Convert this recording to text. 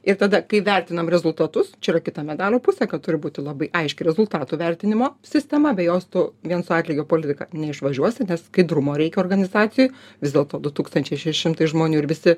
ir tada kai vertinam rezultatus čia yra kita medalio pusė kad turi būti labai aiški rezultatų vertinimo sistema be jos tu vien su atlygio politika neišvažiuosi nes skaidrumo reikia organizacijoj vis dėlto du tūkstančiai šeši šimtai žmonių ir visi